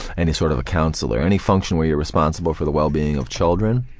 any sort of counselor. any function where you're responsible for the well-being of children,